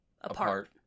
apart